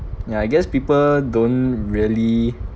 yeah I guess people don't really